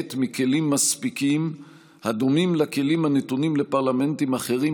נהנית מכלים מספיקים הדומים לכלים הנתונים לפרלמנטים אחרים